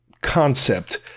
concept